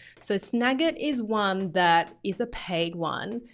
so snagit is one that is a paid one.